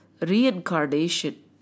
reincarnation